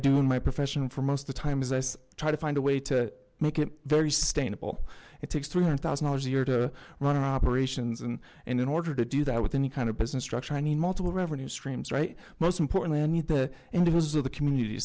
do in my profession for most of the time is us try to find a way to make it very sustainable it takes three hundred thousand dollars a year to run an operations and and in order to do that with any kind of business structure i need multiple revenue streams right most importantly i need the interests of the community